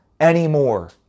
anymore